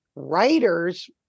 writers